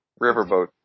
Riverboat